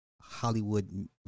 Hollywood